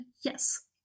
yes